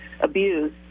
abuse